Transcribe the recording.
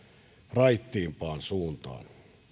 raittiimpaan suuntaan